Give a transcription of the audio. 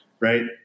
right